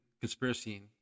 conspiracy